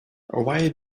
why